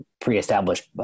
pre-established